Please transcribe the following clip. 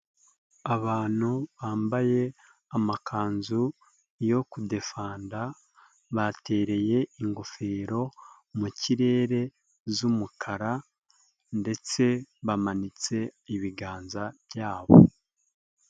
Abantu bambaye amakanzu yo kudefanda, batereye ingofero mu kirere z'umukara ndetse bamanitse ibiganza byabo.